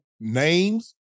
names